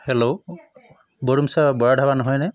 hello Bordumsa Bora Dhaba নহয়নে